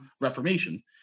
Reformation